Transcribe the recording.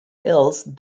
else